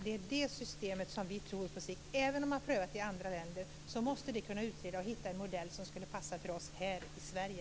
Det systemet tror vi på, på sikt. Även om man har prövat det i andra länder måste vi kunna utreda och hitta en modell som skulle kunna passa för oss här i Sverige.